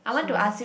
so